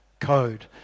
code